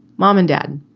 mom and dad?